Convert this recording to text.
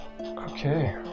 okay